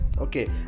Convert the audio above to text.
Okay